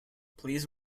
please